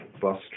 bus